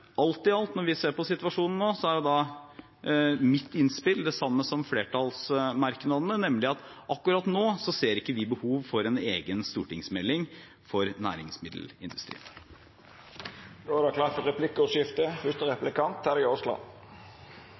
Alt i alt – når vi ser på situasjonen nå – er mitt innspill det samme som i flertallsmerknadene, nemlig at akkurat nå ser vi ikke behov for en egen stortingsmelding